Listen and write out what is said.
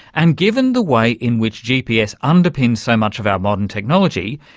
and given the way in which gps underpins so much of our modern technology,